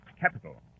Capital